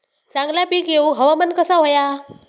चांगला पीक येऊक हवामान कसा होया?